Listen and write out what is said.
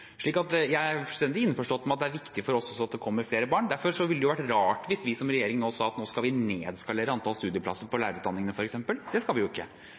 jeg er fullstendig innforstått med at det er viktig for oss at det kommer flere barn. Derfor ville det jo vært rart hvis vi som regjering sa at nå skal vi nedskalere antall studieplasser på lærerutdanningene, f.eks. Det skal vi jo ikke.